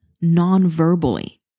non-verbally